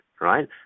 right